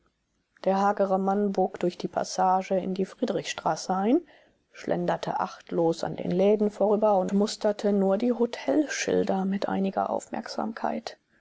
der hagere mann bog durch die passage in die friedrichstraße ein schlenderte achtlos an den läden vorüber und musterte nur die hotelschilder mit einiger aufmerksamkeit